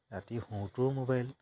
ৰাতি শুতেও মোবাইল